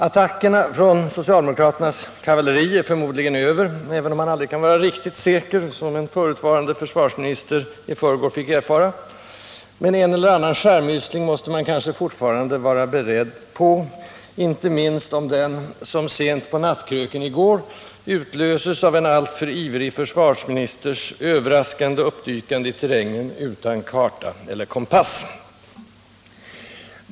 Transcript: Attackerna från socialdemokraternas kavalleri är förmodligen över, även om man aldrig kan vara riktigt säker — som en förutvarande försvarsminister i förrgår fick erfara — och en eller annan skärmytsling måste man kanske fortfarande vara beredd på, inte minst om den — som sent på nattkröken i går — utlöses av en alltför ivrig försvarsministers överraskande uppdykande i terrängen utan karta eller kompass.